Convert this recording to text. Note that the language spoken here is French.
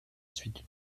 suite